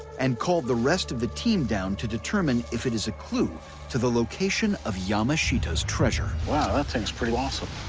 and called the rest of the team down to determine if it is a clue to the location of yamashita's treasure. wow, that thing's pretty awesome.